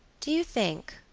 do you think,